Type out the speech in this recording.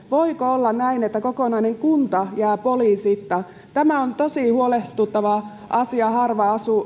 voiko olla näin että kokonainen kunta jää poliisitta tämä on tosi huolestuttava asia harva